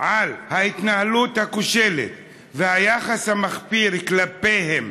על ההתנהלות הכושלת והיחס המחפיר כלפיהם,